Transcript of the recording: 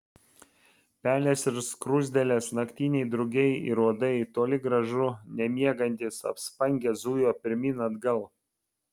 pelės ir skruzdėlės naktiniai drugiai ir uodai toli gražu nemiegantys apspangę zujo pirmyn atgal